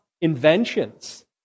inventions